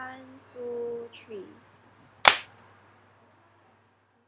one two three